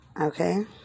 Okay